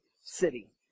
city